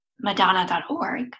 Madonna.org